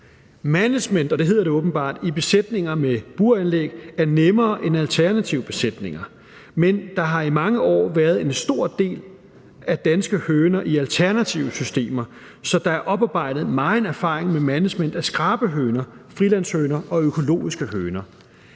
åbenbart – i besætninger med buranlæg er nemmere end i alternative besætninger, men der har i mange år været en stor del af de danske høner i alternative systemer, så der er oparbejdet megen erfaring med management af skrabehøner, frilandshøner og økologiske høner.